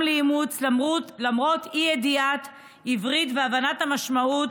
לאימוץ למרות אי-ידיעת עברית והבנת המשמעות